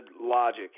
logic